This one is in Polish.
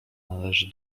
należy